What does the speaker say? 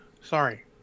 Sorry